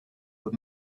but